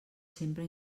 sempre